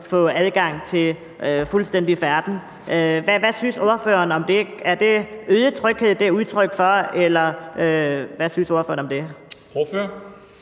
få adgang til andres fuldstændige færden. Hvad synes ordføreren om det? Er det øget tryghed, det er udtryk for? Eller hvad synes ordføreren om det? Kl.